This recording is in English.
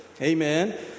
Amen